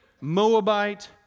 moabite